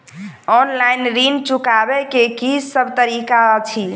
Online ऋण चुकाबै केँ की सब तरीका अछि?